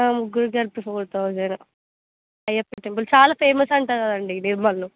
ముగ్గురు కలిపి four thousand Ayyappa temple చాలా ఫేమస్ అంట కదండి నిర్మల్లో